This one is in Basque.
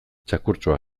txakurtxoa